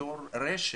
בתור רשת,